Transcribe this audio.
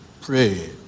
pray